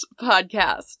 podcast